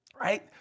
right